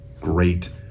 great